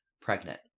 pregnant